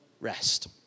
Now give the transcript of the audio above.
rest